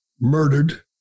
murdered